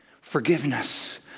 forgiveness